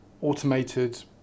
automated